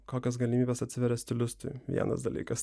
kokios galimybės atsiveria stilistui vienas dalykas